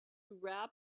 rap